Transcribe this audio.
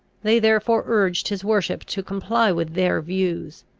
they therefore urged his worship to comply with their views.